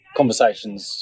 conversations